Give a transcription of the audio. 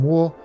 War